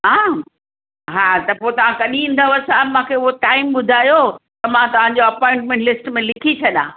हां हा त पोइ तव्हां कॾहिं ईंदव साहब मांखे उहो टाइम ॿुधायो त मां तव्हां जो अपॉइंटमेंट लिस्ट में लिखी छॾियां